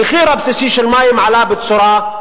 המחיר הבסיסי של מים עלה מאוד.